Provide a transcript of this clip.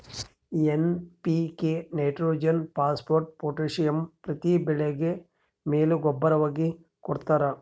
NPK nitrogen phosphate potassium ಪ್ರತಿ ಬೆಳೆಗೆ ಮೇಲು ಗೂಬ್ಬರವಾಗಿ ಕೊಡ್ತಾರ